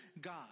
God